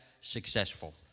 successful